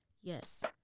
yes